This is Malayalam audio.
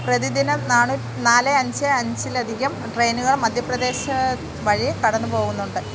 പ്രതിദിനം നാല് അഞ്ച് അഞ്ചിൽ അധികം ട്രെയിനുകൾ മധ്യപ്രദേശ് വഴി കടന്നു പോകുന്നുണ്ട്